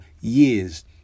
years